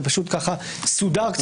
ככה זה סודר.